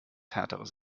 härteres